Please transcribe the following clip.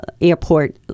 airport